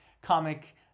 comic